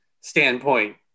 standpoint